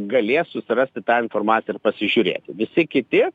galės susirasti tą informaciją ir pasižiūrėti visi kiti